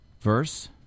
verse